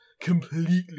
completely